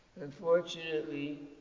Unfortunately